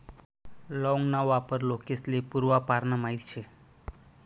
लौंग ना वापर लोकेस्ले पूर्वापारना माहित शे